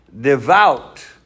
devout